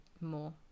more